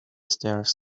stairs